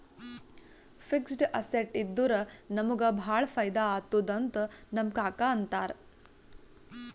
fixed assets ಇದ್ದುರ ನಮುಗ ಭಾಳ ಫೈದಾ ಆತ್ತುದ್ ಅಂತ್ ನಮ್ ಕಾಕಾ ಅಂತಾರ್